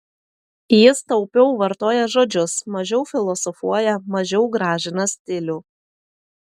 jis taupiau vartoja žodžius mažiau filosofuoja mažiau gražina stilių